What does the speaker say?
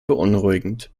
beunruhigend